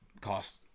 cost